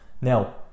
Now